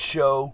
Show